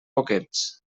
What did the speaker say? poquets